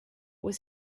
was